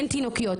אין תינוקיות,